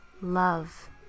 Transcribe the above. Love